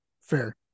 Fair